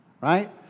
right